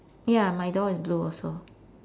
ya my door is blue also